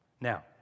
Now